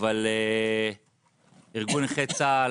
אבל את ארגון נכי צה"ל